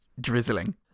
drizzling